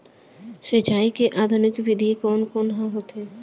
सिंचाई के आधुनिक विधि कोन कोन ह होथे?